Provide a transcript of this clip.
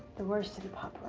the worst are the